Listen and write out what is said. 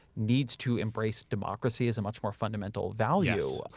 needs to embrace democracy as a much more fundamental value.